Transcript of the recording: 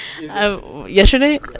Yesterday